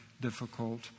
difficult